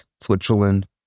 Switzerland